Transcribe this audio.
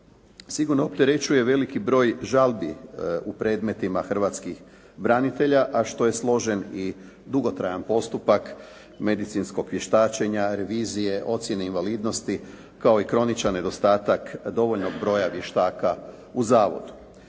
sigurno opterećuje veliki broj žalbi u predmetima hrvatskih branitelja a što je složen i dugotrajan postupak medicinskog vještačenja, revizije, ocjene invalidnosti kao i kroničan nedostatak dovoljnog broja vještaka u zavodu.